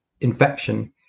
infection